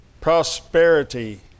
Prosperity